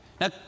Now